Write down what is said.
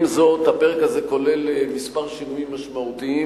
עם זאת, הפרק הזה כולל כמה שינויים משמעותיים.